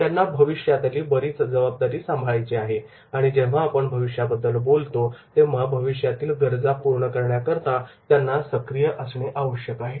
त्यांना भविष्यातली बरीच जबाबदारी सांभाळायची आहे आणि जेव्हा आपण भविष्याबद्दल बोलतो तेव्हा भविष्यातील गरजा पूर्ण करण्याकरता त्यांना सक्रिय असणे आवश्यक आहे